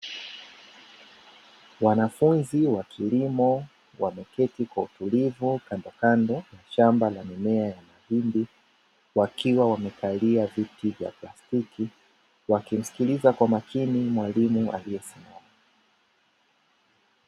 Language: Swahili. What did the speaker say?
Wanafunzi wa kilimo, wameketi kwa utulivu kandokando ya shamba la mimea ya mahindi, wakiwa wamekalia viti vya plastiki, wakimsikiliza kwa makini mwalimu aliyesimama.